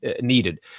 needed